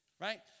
Right